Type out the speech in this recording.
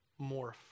morph